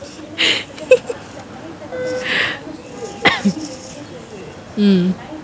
mmhmm